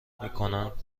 میکنم